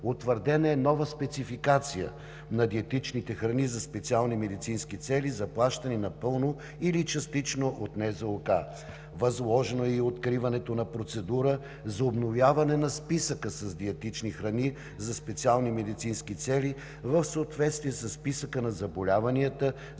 Утвърдена е нова спецификация на диетичните храни за специални медицински цели, заплащани напълно или частично от Националната здравноосигурителна каса. Възложено е и откриването на процедура за обновяване на Списъка с диетични храни за специални медицински цели в съответствие със Списъка на заболяванията,